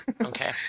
okay